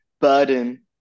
burden